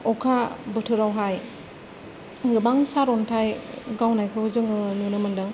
अखा बोथोरावहाय गोबां सारन्थाय गावनायखौ जोङो नुनो मोनदों